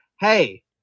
hey